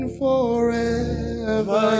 forever